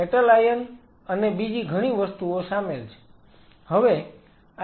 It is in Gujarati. અને તેમાં મેટલ આયન અને બીજી ઘણી વસ્તુઓ સામેલ છે